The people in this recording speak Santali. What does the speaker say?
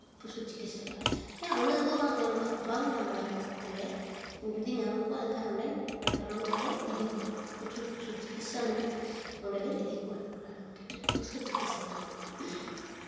ᱯᱚᱥᱩ ᱪᱤᱠᱤᱛᱥᱟ ᱞᱮᱠᱟ ᱦᱮᱸ ᱩᱱᱟᱹᱜ ᱫᱚ ᱵᱟᱝ ᱧᱟᱢ ᱠᱟᱜ ᱵᱟᱝ ᱧᱟᱢ ᱵᱟᱲᱟ ᱠᱟᱜ ᱠᱚᱛᱟᱞᱮᱭᱟ ᱡᱩᱫᱤ ᱧᱟᱢ ᱠᱚᱣᱟ ᱮᱱᱠᱷᱟᱱ ᱚᱸᱰᱮ ᱰᱟᱠᱴᱚᱨ ᱚᱲᱟᱜ ᱞᱮ ᱤᱫᱤ ᱠᱚᱣᱟ ᱯᱚᱥᱩ ᱪᱤᱠᱤᱛᱥᱟ ᱢᱮᱱᱟᱜᱼᱟ ᱚᱸᱰᱮᱞᱮ ᱤᱫᱤ ᱠᱚᱣᱟ ᱯᱚᱥᱩ ᱪᱤᱠᱤᱛᱥᱟ ᱞᱟᱹᱜᱤᱫ